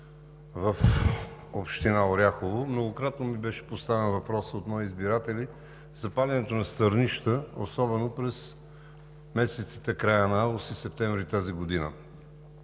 в община Оряхово, многократно ми беше поставян въпрос от мои избиратели за паленето на стърнища, особено през месеците края на август и септември тази година.